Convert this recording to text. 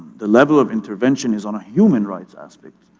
the level of intervention is on a human rights aspect,